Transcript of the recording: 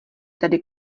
tady